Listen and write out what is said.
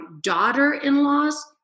daughter-in-laws